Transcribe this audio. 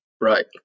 Right